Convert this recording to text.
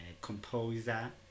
composer